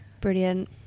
Brilliant